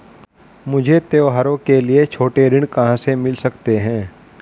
मुझे त्योहारों के लिए छोटे ऋण कहां से मिल सकते हैं?